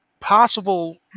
Possible